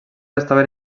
estaven